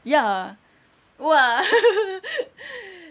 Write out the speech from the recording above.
ya !wah!